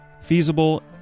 feasible